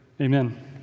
Amen